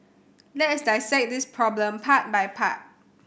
let us dissect this problem part by part